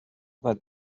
that